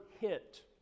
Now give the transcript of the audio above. hit